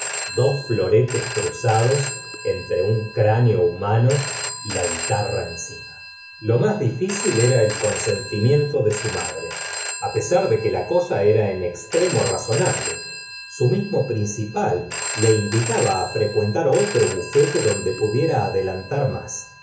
dos floretes cruzados entre un cráneo humano y la guitarra encima lo más difícil era el consentimiento de su madre á pesar de que la cosa era en extremo razonable su mismo principal le invitaba frecuentar otra bufete donde pudiera adelantar más